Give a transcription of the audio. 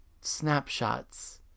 snapshots